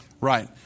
Right